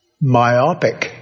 myopic